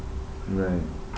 right